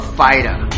fighter